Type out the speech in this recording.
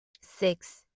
Six